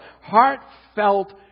heartfelt